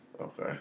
Okay